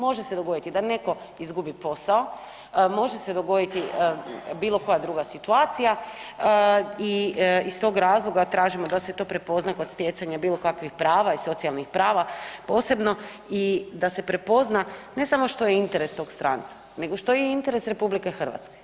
Može se dogoditi da netko izgubi posao, može se dogoditi bilo koja druga situacija i iz tog razloga tražimo da se to prepozna kod stjecanja bilo kakvih prava i socijalnih prava posebno i da se prepozna ne samo što je interes tog stranca, nego što je interes RH.